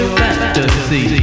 fantasy